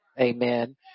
amen